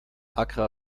accra